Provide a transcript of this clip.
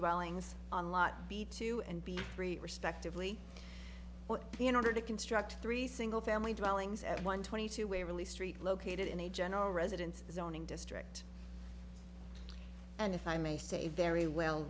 dwellings on lot b two and b three respectively in order to construct three single family dwellings at one twenty two waverly street located in a general residence zoning district and if i may say very well